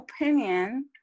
opinion